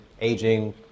aging